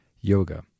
yoga